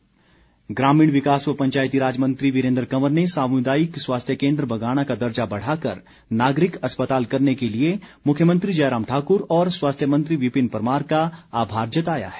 वीरेन्द्र कंवर ग्रामीण विकास व पंचायती राज मंत्री वीरेन्द्र कंवर ने सामुदायिक स्वास्थ्य केन्द्र बंगाणा का दर्जा बढ़ाकर नागरिक अस्पताल करने के लिए मुख्यमंत्री जयराम ठाकुर और स्वास्थ्य मंत्री विपिन परमार का आभार जताया है